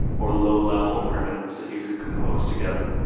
or low-level primitives that you could compose together.